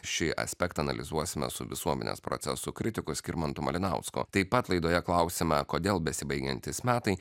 šį aspektą analizuosime su visuomenės procesų kritiku skirmantu malinausku taip pat laidoje klausime kodėl besibaigiantys metai